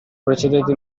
precedette